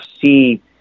see